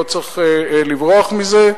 לא צריך לברוח מזה.